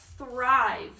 thrive